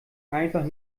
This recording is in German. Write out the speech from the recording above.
einfach